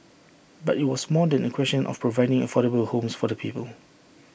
but IT was more than A question of providing affordable homes for the people